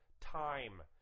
time